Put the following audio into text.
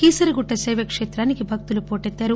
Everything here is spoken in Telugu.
కీసరగుట్ట శైవ కేత్రానికి భక్తులు పోటెత్తారు